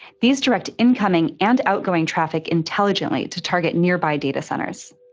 these direct incoming and outgoing traffic intelligently to target nearby data centers.